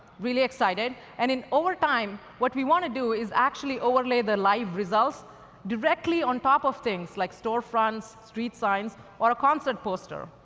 really excited. and and over time, what we want to do is actually overlay the live results directly on top of things, like store fronts, street signs, or a concert poster.